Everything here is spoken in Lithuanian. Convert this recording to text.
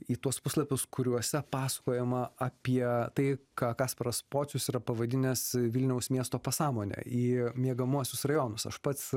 į tuos puslapius kuriuose pasakojama apie tai ką kasparas pocius yra pavadinęs vilniaus miesto pasąmonę į miegamuosius rajonus aš pats